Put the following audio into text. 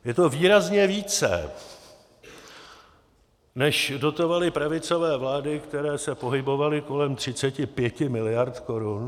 Je to výrazně více, než dotovaly pravicové vlády, které se pohybovaly kolem 35 mld. korun.